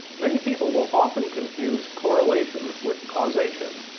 many people will often confuse correlation with causation.